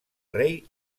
rei